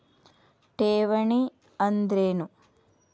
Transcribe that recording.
ಠೇವಣಿ ಅಂದ್ರೇನು?